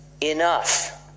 enough